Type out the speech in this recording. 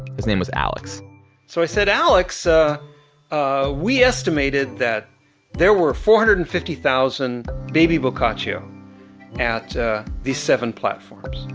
his name was alex so i said, alex, ah ah we estimated that there were four hundred and fifty thousand baby boccaccio at a these seven platforms.